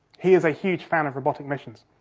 he is a huge fan of robotic missions.